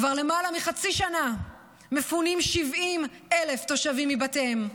כבר למעלה מחצי שנה מפונים 70,000 תושבים מבתיהם,